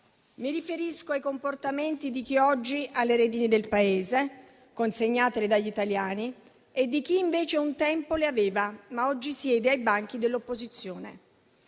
Mi riferisco ai comportamenti di chi oggi ha le redini del Paese, consegnatele dagli italiani, e di chi invece un tempo le aveva, ma oggi siede ai banchi dell'opposizione.